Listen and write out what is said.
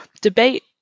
debate